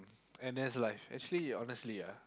and that's life actually honestly ah